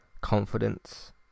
confidence